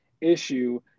issue